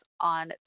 on